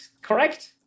Correct